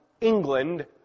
England